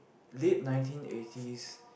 late nineteen eighties